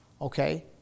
Okay